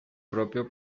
propio